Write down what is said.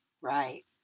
Right